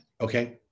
Okay